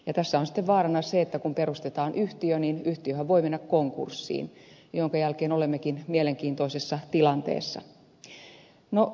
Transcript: tässä on sitten vaarana se että kun perustetaan yhtiö niin yhtiöhän voi mennä konkurssiin jonka jälkeen olemmekin mielenkiintoisessa tilanteessa